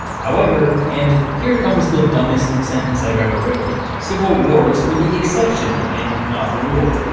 however and here comes the dumbest sentence i've ever written civil wars were the exception, and not the rule.